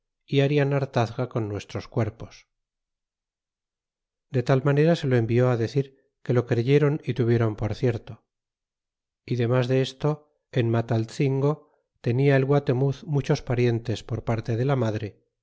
y harian hartazga con nuestros cuerpos de tal manera se lo envió decir que lo creyeron y tuvieron por cierto y denlas desto en matanzingo tenia el guate nauz muchos parientes por parte de la madre